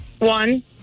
One